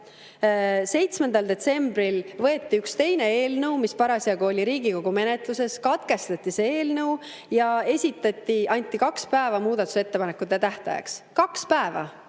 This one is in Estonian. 7. detsembril võeti üks teine eelnõu, mis parasjagu oli Riigikogu menetluses, katkestati see eelnõu, anti kaks päeva muudatusettepanekute tähtajaks – kaks päeva